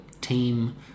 team